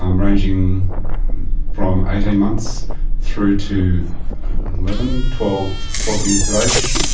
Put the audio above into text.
um ranging from eighteen months through to eleven, twelve twelve years of age.